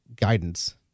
guidance